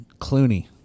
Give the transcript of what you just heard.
Clooney